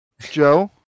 joe